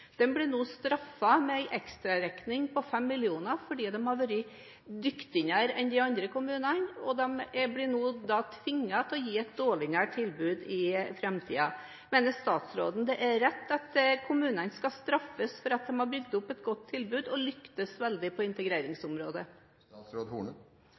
blir nå straffet med en ekstraregning på 5 mill. kr, fordi de har vært dyktigere enn de andre kommunene, og de blir nå tvunget til å gi et dårligere tilbud i framtiden. Mener statsråden det er rett at kommunene skal straffes for at de har bygd opp et godt tilbud og lyktes veldig på